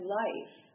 life